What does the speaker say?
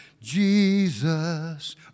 Jesus